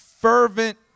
fervent